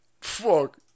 Fuck